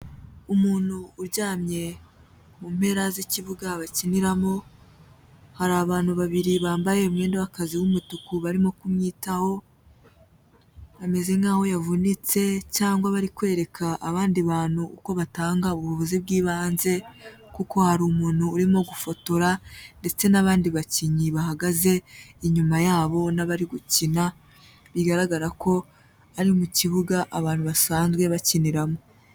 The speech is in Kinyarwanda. Umuntu uryamye mu mpera z'ikibuga bakiniramo, hari abantu babiri bambaye umwenda w'akazi w'umutuku barimo kumwitaho, ameze nk'aho yavunitse cyangwa bari kwereka abandi bantu uko batanga ubuvuzi bw'ibanze kuko hari umuntu urimo gufotora ndetse n'abandi bakinnyi bahagaze inyuma yabo n'abari gukina, bigaragara ko ari mu kibuga abantu basanzwe bakiniramo.